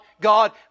God